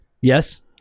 yes